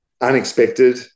unexpected